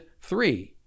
three